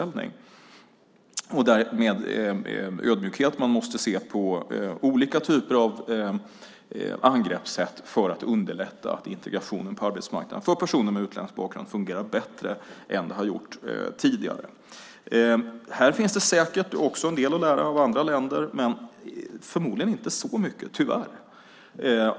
Det är med ödmjukhet man måste se på olika typer av angreppssätt för att underlätta integrationen på arbetsmarknaden för personer med utländsk bakgrund så att den fungerar bättre än den har gjort tidigare. Här finns det säkert en del att lära av andra länder, men förmodligen inte så mycket, tyvärr.